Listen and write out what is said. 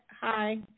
Hi